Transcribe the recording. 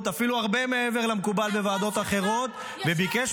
זרקו אותנו החוצה.